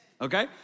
okay